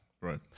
Right